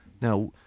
Now